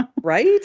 Right